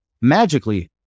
magically